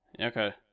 Okay